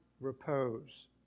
repose